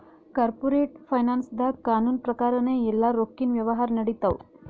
corporate ಫೈನಾನ್ಸ್ದಾಗ್ ಕಾನೂನ್ ಪ್ರಕಾರನೇ ಎಲ್ಲಾ ರೊಕ್ಕಿನ್ ವ್ಯವಹಾರ್ ನಡಿತ್ತವ